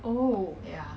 oh ya